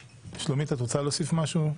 שלומית, את רוצה להוסיף משהו?